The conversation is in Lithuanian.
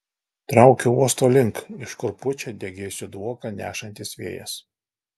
traukiu uosto link iš kur pučia degėsių dvoką nešantis vėjas